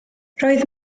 roedd